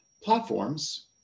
platforms